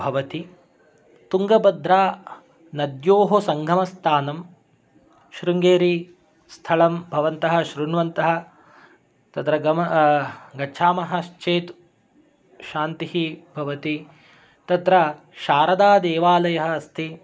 भवति तुङ्गबद्रानद्योः सङ्गमस्तानं शृङ्गेरीस्थलं भवन्तः श्रुण्वन्तः तत्र गच्छामश्चेत् शान्तिः भवति तत्र शारदादेवालयः अस्ति